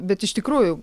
bet iš tikrųjų